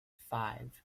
five